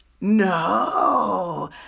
No